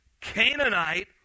Canaanite